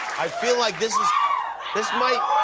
i feel like this is this might